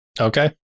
Okay